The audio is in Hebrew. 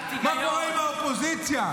מה קורה עם האופוזיציה?